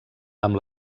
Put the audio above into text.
amb